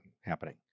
happening